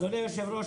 אדוני היושב-ראש,